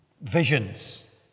visions